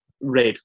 Red